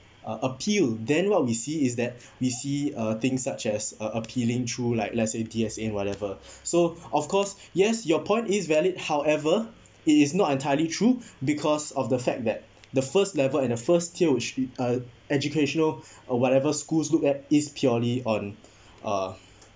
uh appeal then what we see is that we see uh things such as uh appealing true like let's say T_S_N whatever so of course yes your point is valid however it is not entirely true because of the fact that the first level and the first tier should be uh educational or whatever schools look at is purely on uh